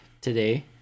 today